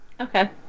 Okay